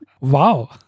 Wow